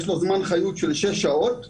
יש לו זמן חיות של שש שעות שבמהלכו,